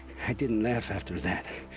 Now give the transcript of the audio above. i didn't laugh after that.